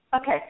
Okay